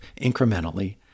incrementally